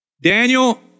Daniel